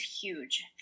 huge